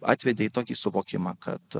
atvedė į tokį suvokimą kad